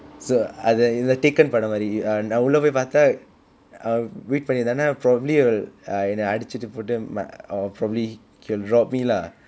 so அதை இந்த:athai intha taken படம் மாதிரி நான் உள்ள போய் பார்த்தா:padam maathiri naan ulla poi paartthaa uh wait பண்ணி இருந்தானா:panni irunthaanaa probably will என்னை அடிச்சு போட்டு:ennai adicchu pottu or probably he'll rob me lah